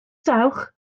dawch